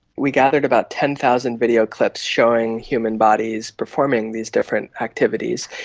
we gathered about ten thousand video clips showing human bodies performing these different activities,